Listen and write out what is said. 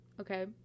okay